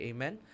Amen